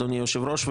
אדוני היושב-ראש,